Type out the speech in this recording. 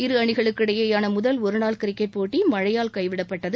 இரு அணிகளுக்கு இடையிலான முதல் ஒருநாள் கிரிக்கெட் போட்டி மழையால் கைவிடப்பட்டது